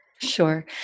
Sure